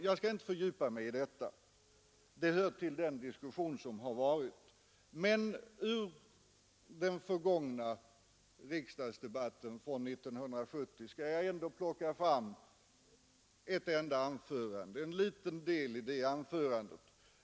Jag skall inte fördjupa mig i detta; det hör till den diskussion som har varit. Men ur riksdagsdebatten från 1970 skall jag ändå plocka fram en liten del ur ett enda anförande.